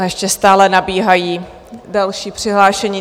A ještě stále nabíhají další přihlášení.